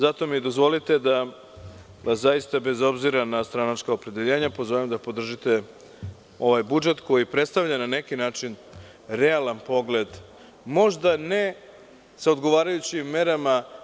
Dozvolite mi da vas, bez obzira na stranačko opredeljenje, pozovem da držite ovaj budžet koji predstavlja na neki način realan pogled, možda ne sa odgovarajućim merama.